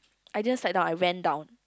I didn't slide down I ran down